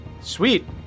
Sweet